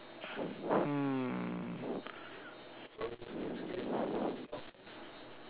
hmm